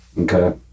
Okay